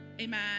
Amen